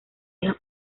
hija